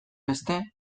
beste